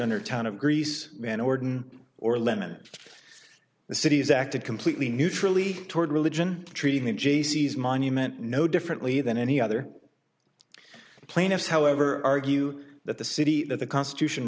the town of greece van orden or limit the city's active completely neutrally toward religion treating the jaycees monument no differently than any other plaintiffs however argue that the city that the constitution